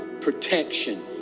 protection